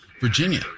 Virginia